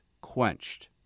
quenched